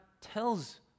tells